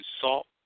salt